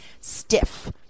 stiff